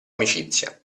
amicizia